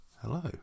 Hello